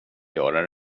göra